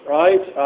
right